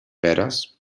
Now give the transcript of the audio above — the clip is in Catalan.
peres